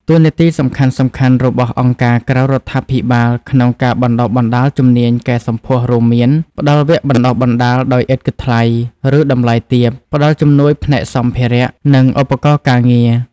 តួនាទីសំខាន់ៗរបស់អង្គការក្រៅរដ្ឋាភិបាលក្នុងការបណ្ដុះបណ្ដាលជំនាញកែសម្ផស្សរួមមាន ផ្តល់វគ្គបណ្តុះបណ្តាលដោយឥតគិតថ្លៃ ឬតម្លៃទាប ផ្តល់ជំនួយផ្នែកសម្ភារៈ និងឧបករណ៍ការងារ។